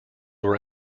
were